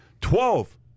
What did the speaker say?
Twelve